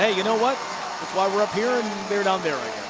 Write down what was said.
ah you know what, that's why we're up here and they're down there i